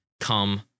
come